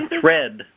thread